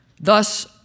Thus